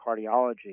cardiology